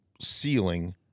ceiling